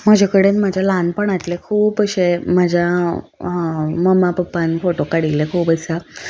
म्हजे कडेन म्हज्या ल्हानपणांतले खूब अशे म्हज्या मम्मा पप्पान फोटो काडिल्ले खूब आसा